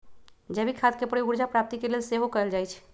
जैविक खाद के प्रयोग ऊर्जा प्राप्ति के लेल सेहो कएल जाइ छइ